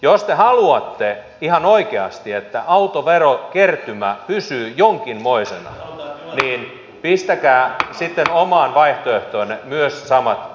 jos te haluatte ihan oikeasti että autoverokertymä pysyy jonkinmoisena niin pistäkää sitten omaan vaihtoehtoonne myös samat verojen laskut